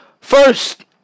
First